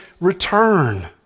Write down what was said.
return